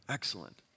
Excellent